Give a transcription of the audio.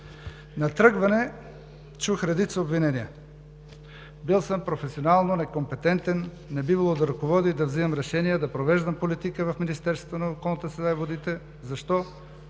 На тръгване чух редица обвинения: бил съм професионално некомпетентен, не бивало да ръководя и да взимам решения, да провеждам политика в Министерството на околната среда и водите. Защо?